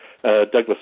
Douglas